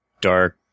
dark